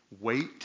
wait